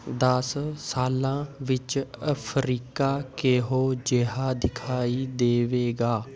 ਦਸ ਸਾਲਾਂ ਵਿੱਚ ਅਫਰੀਕਾ ਕਿਹੋ ਜਿਹਾ ਦਿਖਾਈ ਦੇਵੇਗਾ